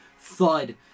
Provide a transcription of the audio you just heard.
thud